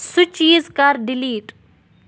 سُہ چیٖز کر ڈلیٹ